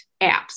apps